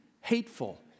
hateful